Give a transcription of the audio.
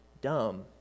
dumb